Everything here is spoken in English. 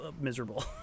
miserable